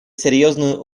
серьезную